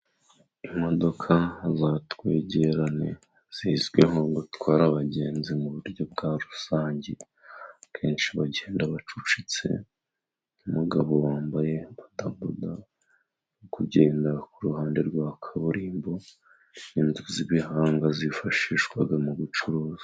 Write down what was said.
Imodoka zatwegerane zizwiho gutwara abagenzi mu buryo bwa rusangi kenshi bagenda bacucitse, umugabo wambaye bodaboda uri kugenda ku ruhande rwa kaburimbo, inzu z'ibihanga zifashishwa mu gucuruza.